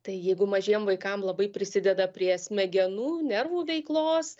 tai jeigu mažiem vaikam labai prisideda prie smegenų nervų veiklos